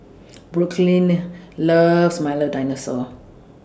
Brooklynn loves Milo Dinosaur